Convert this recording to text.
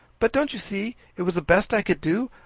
but don't you see, it was the best i could do?